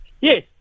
Yes